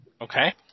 Okay